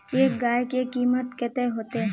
एक गाय के कीमत कते होते?